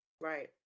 Right